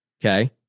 okay